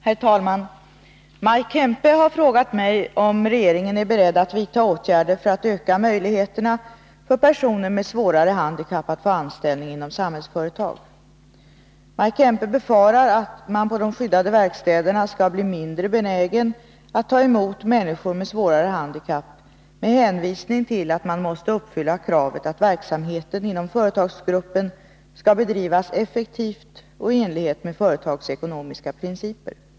Herr talman! Maj Kempe har frågat mig om regeringen är beredd att vidta åtgärder för att öka möjligheterna för personer med svårare handikapp att få anställning inom Samhällsföretag. Maj Kempe befarar att man på de skyddade verkstäderna skall bli mindre benägen att ta emot människor med svårare handikapp med hänvisning till att man måste uppfylla kravet att verksamheten inom företagsgruppen skall bedrivas effektivt och i enlighet med företagsekonomiska principer.